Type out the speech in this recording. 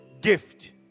gift